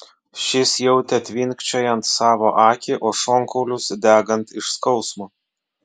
šis jautė tvinkčiojant savo akį o šonkaulius degant iš skausmo